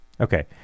okay